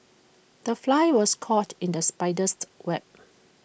the fly was caught in the spider's web